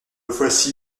voici